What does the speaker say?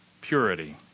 purity